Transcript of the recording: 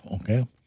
okay